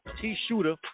T-Shooter